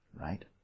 Right